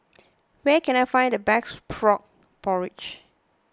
where can I find the best Frog Porridge